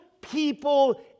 people